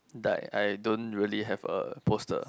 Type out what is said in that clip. die I don't really have a poster